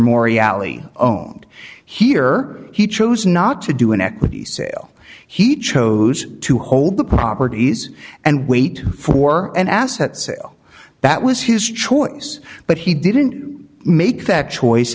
mori alie own here he chose not to do an equity sale he chose to hold the properties and wait for an asset sale that was his choice but he didn't make that choice